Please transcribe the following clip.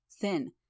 thin